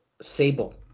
Sable